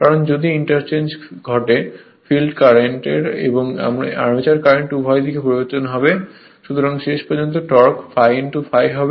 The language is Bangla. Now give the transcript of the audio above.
কারণ যদি ইন্টারচেঞ্জ ঘটে ফিল্ড কারেন্ট এবং আর্মেচার কারেন্ট উভয় দিকই পরিবর্তন হবে সুতরাং শেষ পর্যন্ত টর্ক ∅∅ হবে